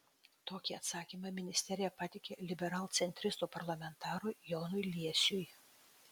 tokį atsakymą ministerija pateikė liberalcentristų parlamentarui jonui liesiui